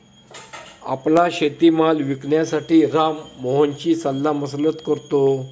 आपला शेतीमाल विकण्यासाठी राम मोहनशी सल्लामसलत करतो